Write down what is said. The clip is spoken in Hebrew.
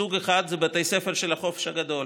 סוג אחד זה בתי הספר של החופש הגדול